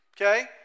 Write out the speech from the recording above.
okay